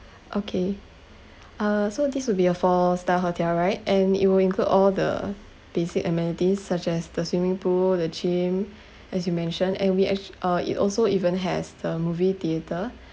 okay uh so this will be a four star hotel right and it will include all the basic amenities such as the swimming pool the gym as you mentioned and we actu~ uh it also even has the movie theatre